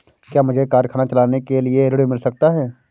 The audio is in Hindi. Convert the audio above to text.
क्या मुझे कारखाना चलाने के लिए ऋण मिल सकता है?